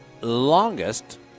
longest